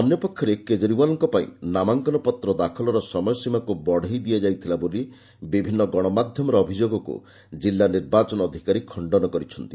ଅନ୍ୟପକ୍ଷରେ କେଜରିୱାଲ୍ଙ୍କ ପାଇଁ ନାମାଙ୍କନ ପତ୍ର ଦାଖଲର ସମୟସୀମାକୁ ବଡ଼ାଇ ଦିଆଯାଇଥିଲା ବୋଲି ବିଭିନ୍ନ ଗଣମାଧ୍ୟମର ଅଭିଯୋଗକୁ କିଲ୍ଲା ନିର୍ବାଚନ ଅଧିକାରୀ ଖଶ୍ଚନ କରିଛନ୍ତି